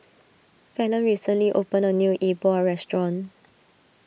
Fallon recently opened a new E Bua restaurant